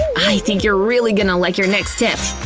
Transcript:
i think you're really gonna like your next tip!